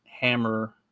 hammer